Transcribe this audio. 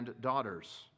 daughters